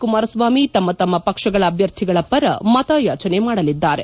ಕುಮಾರಸ್ವಾಮಿ ತಮ್ಮತಮ್ಮ ಪಕ್ಷಗಳ ಅಭ್ಯರ್ಥಿಗಳ ಪರ ಮತ ಯಾಚನೆ ಮಾಡಲಿದ್ದಾರೆ